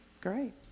Great